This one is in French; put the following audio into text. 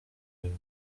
fait